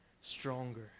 stronger